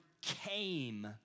came